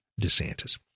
DeSantis